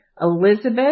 Elizabeth